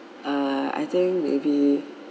uh I think maybe